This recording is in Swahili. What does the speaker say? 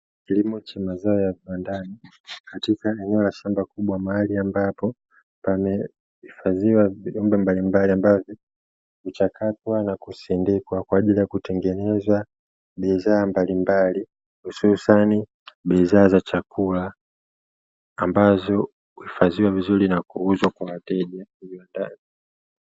Kilimo cha viwandani katika eneo la shamba kubwa ambapo pame hifadhiwa vidongo ambavyo huchakatwa na kusindikwa kwa ajiri ya kutengeneza bidhaa mbali mbali. Hususani bidhaa za chakula ambazo uhifadhiwa vizuri na kuuzwa kwa wateja ili kijipatia kipato.